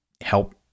help